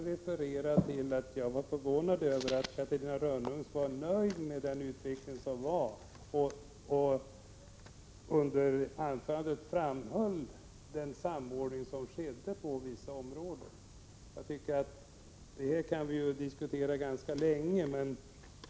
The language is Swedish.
Jag underströk att jag är förvånad över att Catarina Rönnung är nöjd med den utveckling som ägt rum och över att hon i sitt anförande hade hållit fram den samordning som genomförts på vissa områden. Vi kan diskutera detta ganska länge.